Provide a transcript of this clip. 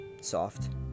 soft